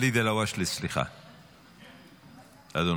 סליחה, ואליד אלהואשלה, אדוני.